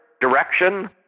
direction